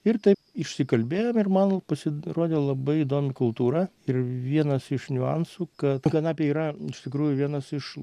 ir taip išsikalbėjom ir man pasirodė labai įdomi kultūra ir vienas iš niuansų kad kanapė yra iš tikrųjų vienas iš